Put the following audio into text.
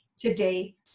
today